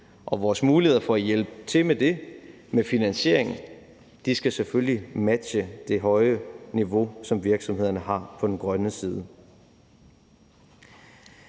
vores muligheder for at hjælpe til med det i form af finansieringen skal selvfølgelig matche det høje niveau, som virksomhederne har på den grønne side.